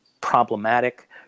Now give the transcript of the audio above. problematic